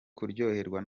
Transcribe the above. kuryoherwa